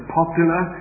popular